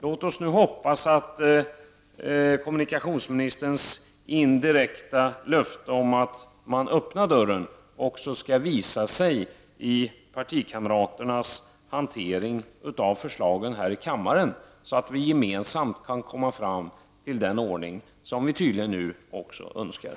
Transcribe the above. Låt oss nu hoppas att kommunikationsministerns indirekta löfte om att man skall öppna dörren också skall visa sig i partikamraternas hantering av förslagen här i kammaren så att vi gemensamt kan komma fram till den ordning som vi alla nu tydligen önskar.